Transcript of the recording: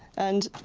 and